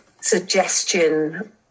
suggestion